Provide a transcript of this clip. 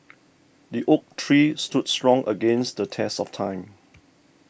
the oak tree stood strong against the test of time